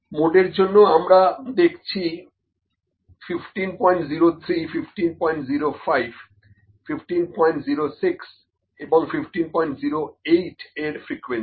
মোডের জন্য আমরা দেখছি 1503 1505 1506 এবং 1508 এর ফ্রিকোয়েন্সি